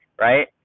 right